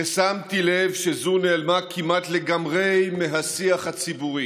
ושמתי לב שזו נעלמה כמעט לגמרי מהשיח הציבורי.